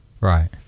Right